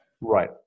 Right